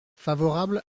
favorable